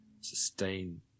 sustain